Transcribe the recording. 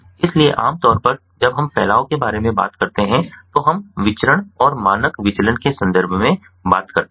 इसलिए आमतौर पर जब हम फैलाव के बारे में बात करते हैं तो हम विचरण और मानक विचलन के संदर्भ में बात करते हैं